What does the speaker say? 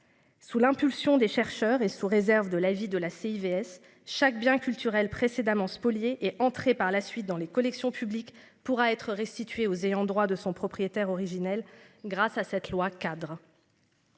Sous l'impulsion des chercheurs et sous réserve de l'avis de la CIV s chaque bien culturels précédemment spoliés est entrée par la suite dans les collections publiques pourra être restitués aux ayants droit de son propriétaire originel grâce à cette loi cadre.